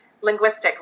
Linguistic